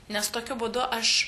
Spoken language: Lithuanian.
nes tokiu būdu aš